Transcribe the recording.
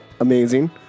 Amazing